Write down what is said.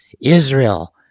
Israel